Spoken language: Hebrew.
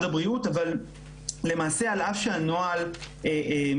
הבריאות אבל למעשה על אף שהנוהל מחייב,